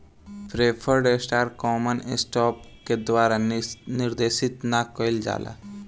preferred stock common stock के द्वारा निर्देशित ना कइल जाला